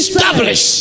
Establish